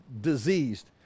diseased